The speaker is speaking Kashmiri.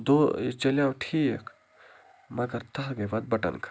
دۄہ یہِ چَلاو ٹھیٖک مگر تَتھ گٔے پَتہٕ بَٹن خراب